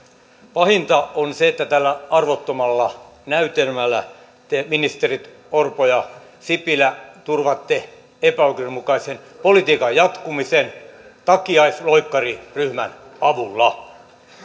pahinta on se että tällä arvottomalla näytelmällä te ministerit orpo ja sipilä turvaatte epäoikeudenmukaisen politiikan jatkumisen takiaisloikkariryhmän avulla